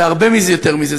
זה הרבה יותר מזה,